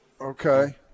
Okay